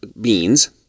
beans